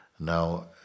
Now